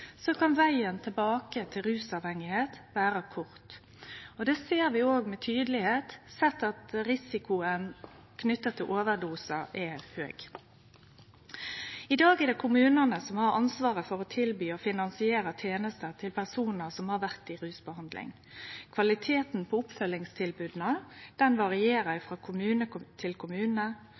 kan vegen tilbake til rusmisbruk vere kort. Det ser vi også tydeleg, sett at risikoen knytt til overdosar er høg. I dag er det kommunane som har ansvaret for å tilby og finansiere tenester til personar som har vore i rusbehandling. Kvaliteten på oppfølgingstilboda varierer frå kommune til kommune,